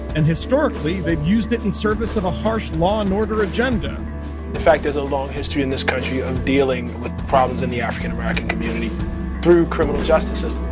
and historically, they've used it in service of a harsh law and order agenda in fact, there's a long history in this country of dealing with problems in the african american community through criminal justice system